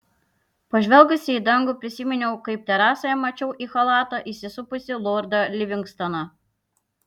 pažvelgusi į dangų prisiminiau kaip terasoje mačiau į chalatą įsisupusį lordą livingstoną